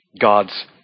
God's